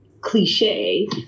cliche